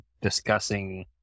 discussing